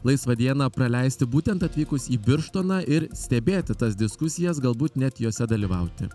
laisvą dieną praleisti būtent atvykus į birštoną ir stebėti tas diskusijas galbūt net jose dalyvauti